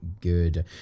good